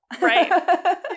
Right